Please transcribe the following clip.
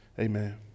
amen